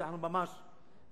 שאנחנו ממש בתוכו,